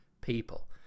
people